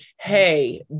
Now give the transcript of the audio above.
Hey